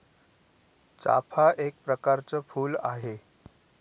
चाफा एक प्रकरच फुल आहे